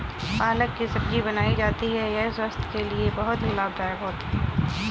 पालक की सब्जी बनाई जाती है यह स्वास्थ्य के लिए बहुत ही लाभदायक होती है